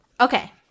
Okay